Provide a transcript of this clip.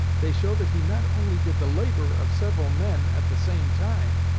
they show that he not only did the labor of several men at the same time,